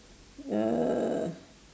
uh